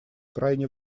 крайне